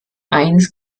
eines